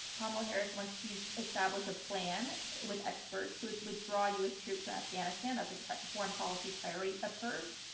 kamala harris wants to so establish a plan with experts to withdraw us troops from afghanistan. that's a foreign policy priority of hers.